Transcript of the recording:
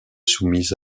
soumise